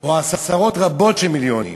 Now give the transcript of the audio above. או עשרות רבות של מיליונים.